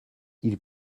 ils